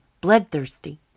bloodthirsty